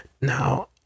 Now